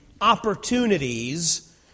opportunities